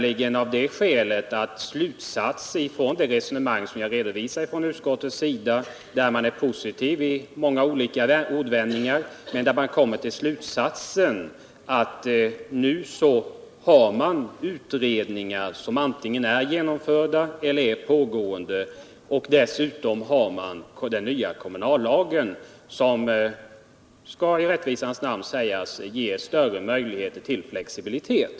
I det resonemang från utskottets sida som jag redovisade är man positiv i många ordvändningar men kommer till slutsatsen att vi har utredningar som är antingen genomförda eller pågår och att vi dessutom har den nya kommunallagen, som — det skall i rättvisans namn erkännas — ger möjlighet till större flexibilitet.